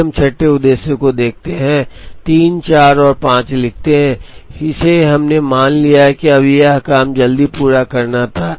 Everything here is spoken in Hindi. फिर हम छठे उद्देश्य को देखते हैं 3 4 और 5 से लिखते हैं हमने मान लिया है कि यह एक काम जल्दी पूरा करना था